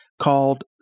called